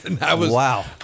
Wow